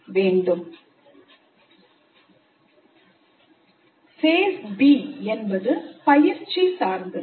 Phase B என்பது பயிற்சி சார்ந்தது